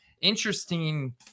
interesting